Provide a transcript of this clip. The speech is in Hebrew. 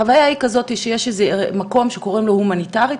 החוויה היא כזאת שקוראים לה הומניטארית,